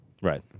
Right